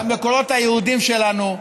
והמקורות היהודיים שלנו.